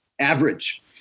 average